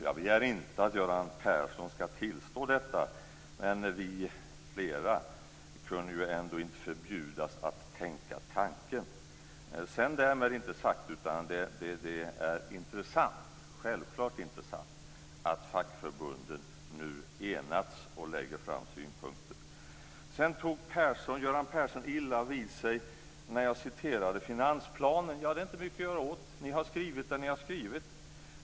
Jag begär inte att Göran Persson ska tillstå detta, men vi kan ändå inte förbjudas att tänka tanken. Därmed inte sagt att det inte är intressant - det är självklart intressant - att fackförbunden nu enats och lägger fram synpunkter. Göran Persson tog illa vid sig när jag citerade finansplanen. Det är inte mycket att göra åt. Ni har skrivit det ni har skrivit.